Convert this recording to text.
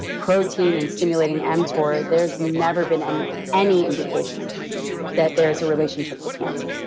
protein and stimulating mtor, there's never been any any indication that there's a relationship to cancer,